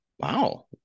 Wow